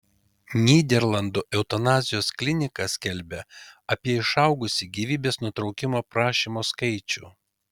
nyderlandų eutanazijos klinika skelbia apie išaugusį gyvybės nutraukimo prašymų skaičių